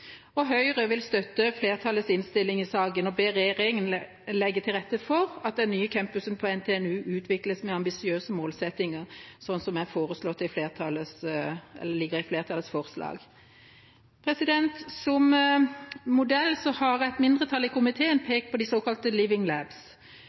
på. Høyre støtter flertallets innstilling i saken og ber regjeringa legge til rette for at den nye campusen på NTNU utvikles med ambisiøse målsettinger, slik det foreligger i komiteens tilråding. Som modell har et mindretall i komiteen